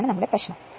ഇതാണ് പ്രശ്നം